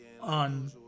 on